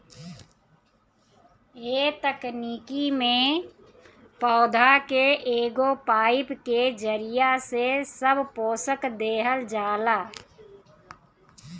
ए तकनीकी में पौधा के एगो पाईप के जरिया से सब पोषक देहल जाला